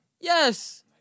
yes